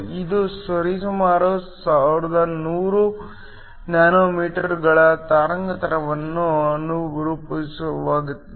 ಇದು ಸರಿಸುಮಾರು 1100 ನ್ಯಾನೊಮೀಟರ್ಗಳ ತರಂಗಾಂತರಕ್ಕೆ ಅನುರೂಪವಾಗಿದೆ